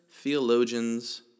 theologians